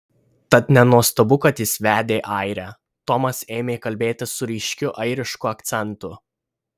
tad nenuostabu kad jis vedė airę tomas ėmė kalbėti su ryškiu airišku akcentu